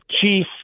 chief